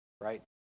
right